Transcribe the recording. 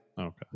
Okay